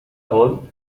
hole